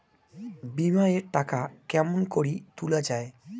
বিমা এর টাকা কেমন করি তুলা য়ায়?